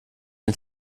den